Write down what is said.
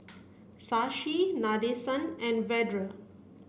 Shashi Nadesan and Vedre